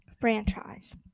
franchise